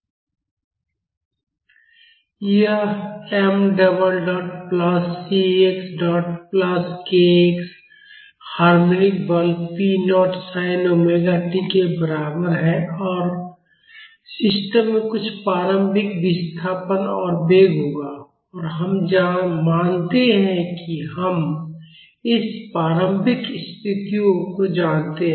यह m double dot plus cx dot plus kx harmonic बल p naught sin omega t के बराबर है और सिस्टम में कुछ प्रारंभिक विस्थापन और वेग होगा और हम मानते हैं कि हम इस प्रारंभिक स्थितियों को जानते हैं